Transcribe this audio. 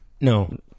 no